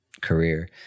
career